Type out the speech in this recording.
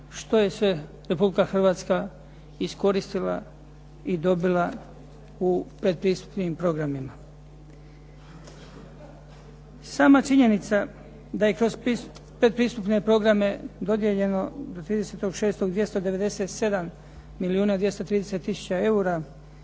što je sve Republika Hrvatske iskoristila i dobila u pretpristupnim programima. Sama činjenica da je kroz pretpristupne fondove dodijeljeno do 30. 6. 297 milijuna